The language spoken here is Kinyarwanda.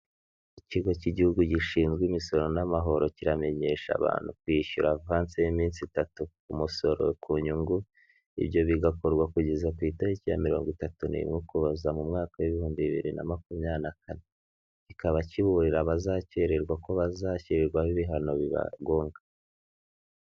Ikigo cy'igihugu gishinzwe imisoro n'amahoro kiramenyesha abantu kwishyura avansi y'iminsi itatu umusoro ku nyungu, ibyo bigakorwa kugeza ku itariki ya mirongo itatu n'imwe ukuboza mu mwaka w'ibihumbi bibiri na makumyabiri na kane, kikaba kiburira abazakererwa ko bazashyirirwaho ibihano biba ngombwa.